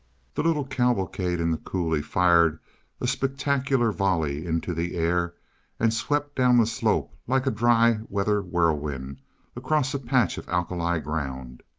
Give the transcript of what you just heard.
the little cavalcade in the coulee fired a spectacular volley into the air and swept down the slope like a dry-weather whirlwind across a patch of alkali ground.